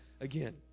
again